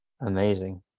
amazing